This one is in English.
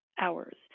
hours